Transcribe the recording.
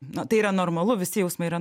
na tai yra normalu visi jausmai yra